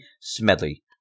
Smedley